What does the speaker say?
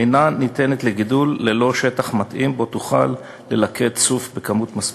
אינה ניתנת לגידול ללא שטח מתאים שבו תוכל ללקט צוף בכמות מספקת.